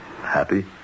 Happy